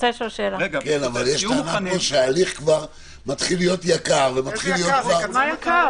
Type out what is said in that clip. אבל יש טענה שההליך מתחיל להיות יקר ומסובך.